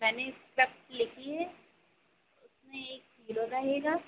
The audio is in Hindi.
मैंने इस्क्रप्ट लिखी है उसमें एक हीरो रहेगा